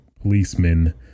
policemen